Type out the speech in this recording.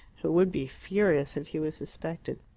who would be furious if he was suspected.